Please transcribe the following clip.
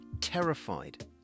terrified